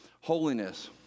Holiness